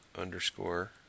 underscore